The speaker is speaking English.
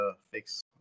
fix